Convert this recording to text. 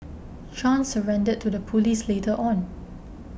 Chan surrendered to the police later on